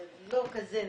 זה לא כזה נפוץ.